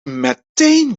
meteen